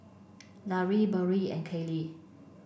Larae Burrell and Kailey